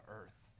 earth